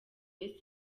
yesu